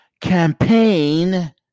campaign